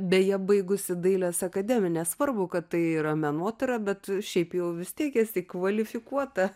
beje baigusi dailės akademiją nesvarbu kad tai yra menotyra bet šiaip jau vis tiek esi kvalifikuota